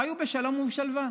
חיו בשלום ובשלווה.